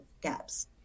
gaps